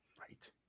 right